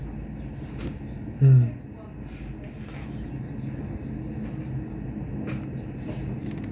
mm